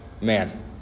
man